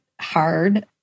hard